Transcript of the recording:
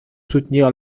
soutenir